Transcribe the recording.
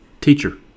Teacher